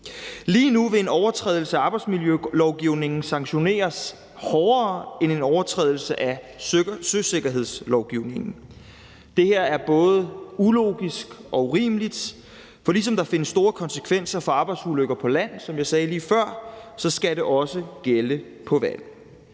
Lige nu vil en overtrædelse af arbejdsmiljølovgivningen sanktioneres hårdere end en overtrædelse af søsikkerhedslovgivningen. Det er både ulogisk og urimeligt, for ligesom der er store konsekvenser med hensyn til arbejdsulykker på land, som jeg sagde lige